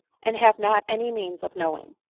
and have not any means of knowing.